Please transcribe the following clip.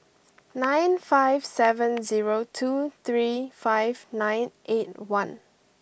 nine five seven zero two three five nine eight one